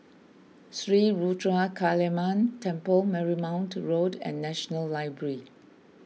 Sri Ruthra Kaliamman Temple Marymount Road and National Library